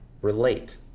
relate